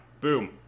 Boom